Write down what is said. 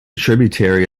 tributary